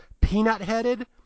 Peanut-headed